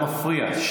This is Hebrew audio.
שאתה מפריע.